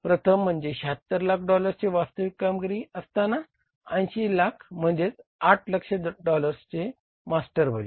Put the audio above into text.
प्रथम म्हणजे 76 लाख डॉलर्सचे वास्तविक कामगिरी असताना 80 लाख म्हणजेच 8 दशलक्ष डॉलर्सचे मास्टर बजेट